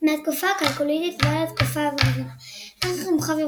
מהתקופה הכלקוליתית ועד תקופת הברונזה ערך מורחב –